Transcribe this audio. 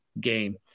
game